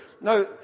No